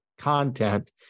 content